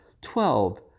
twelve